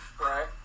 right